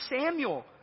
Samuel